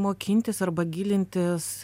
mokintis arba gilintis